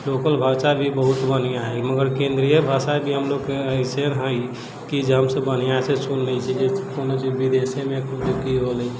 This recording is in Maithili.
लोकल भाषा भी बहुत बढ़िआँ है मगर केन्द्रीय भाषा भी हमलोगके एसन है कि जे हमसब बन्हियाँसँ सुनि लै छी जे कोनो जे विदेशेमे जे की होलै